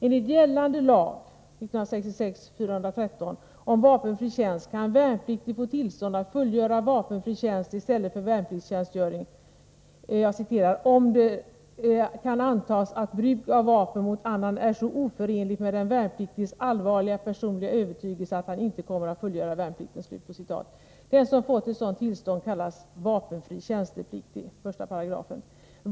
Enligt gällande lag om vapenfri tjänst kan värnpliktig få tillstånd att fullgöra vapenfri tjänst i stället för värnpliktstjänstgöring ”om det kan antagas att bruk av vapen mot annan är så oförenligt med den värnpliktiges allvarliga personliga övertygelse att han icke kommer att fullgöra värnplikten”. Den som fått sådant tillstånd kallas vapenfri tjänstepliktig .